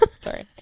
Sorry